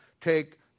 take